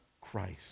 Christ